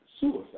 suicide